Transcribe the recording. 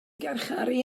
garcharu